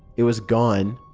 it was gone.